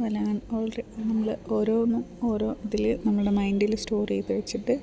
അതെല്ലാം ഞാൻ നമ്മൾ ഓരോന്നും ഓരോ ഇതിൽ നമ്മുടെ മൈൻ്റിൽ സ്റ്റോർ ചെയ്തു വെച്ചിട്ട്